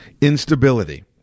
instability